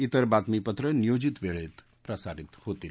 तिर बातमीपत्रं नियोजित वेळेत प्रसारित होतील